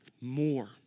more